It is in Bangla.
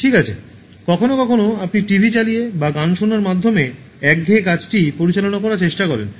ঠিক আছে কখনও কখনও আপনি টিভি চালিয়ে বা গান শোনার মাধ্যমে একঘেয়ে কাজটি পরিচালনা করার চেষ্টা করেন